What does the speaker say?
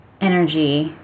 energy